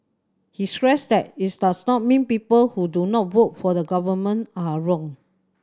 he stressed that it's does not mean people who do not vote for the Government are wrong